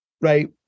right